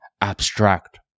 abstract